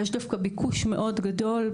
יש דווקא ביקוש מאוד גדול,